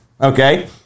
Okay